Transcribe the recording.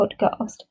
podcast